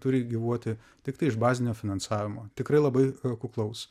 turi gyvuoti tiktai iš bazinio finansavimo tikrai labai kuklaus